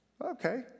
Okay